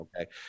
Okay